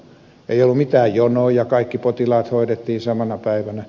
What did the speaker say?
ei ollut mitään jonoja kaikki potilaat hoidettiin samana päivänä